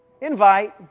invite